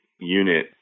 unit